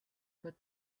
pas